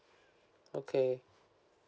okay